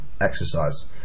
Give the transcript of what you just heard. exercise